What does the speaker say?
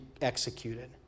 executed